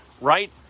right